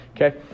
Okay